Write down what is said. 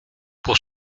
pour